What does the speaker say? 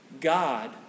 God